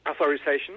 Authorization